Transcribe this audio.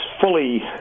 fully